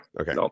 Okay